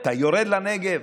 אתה יורד לנגב?